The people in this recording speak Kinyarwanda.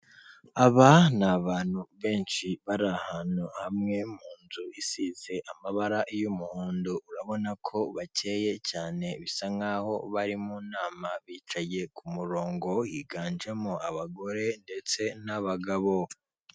Aba na bantu benshi bari ahantu hamwe mu inzu isize amaraba y'umuhondo, urabonako bacyeye cyane bisankaho bari mu inama, bicaye k'umurongo higanjemo abagore ndetse n'abagabo.